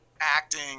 acting